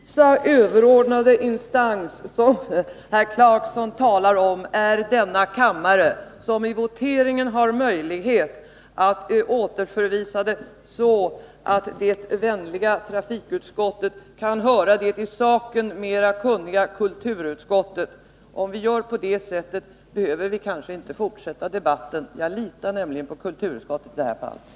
Herr talman! Den allvisa, överordnade instans som herr Clarkson talar om är denna kammare, som i voteringen har möjlighet att återförvisa ärendet så att det vänliga trafikutskottet kan höra det i saken mera kunniga kulturutskottet. Om vi gör på det sättet, behöver vi kanske inte fortsätta debatten. Jag litar nämligen på kulturutskottet i det här fallet.